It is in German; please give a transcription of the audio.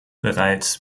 bereits